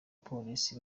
polisi